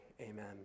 Amen